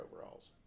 overalls